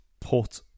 put